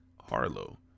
Harlow